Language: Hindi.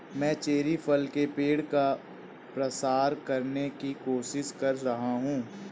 मैं चेरी फल के पेड़ का प्रसार करने की कोशिश कर रहा हूं